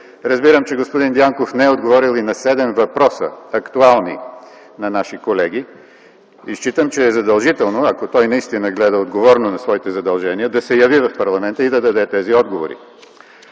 Разбирам, че господин Дянков не е отговорил и на седем актуални въпроса на наши колеги. Считам, че е задължително, ако той наистина гледа отговорно на своите задължения, да се яви в парламента и да даде тези отговори.